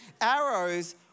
Arrows